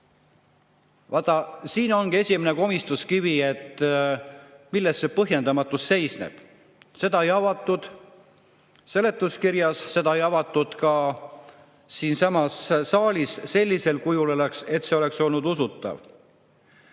Vaat siin ongi esimene komistuskivi. Milles see põhjendamatus seisneb? Seda ei avatud seletuskirjas, seda ei avatud ka siinsamas saalis sellisel kujul, et see oleks olnud usutav.